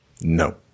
No